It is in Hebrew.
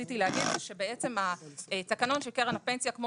שרציתי להגיד זה שהתקנון של קרן הפנסיה כמו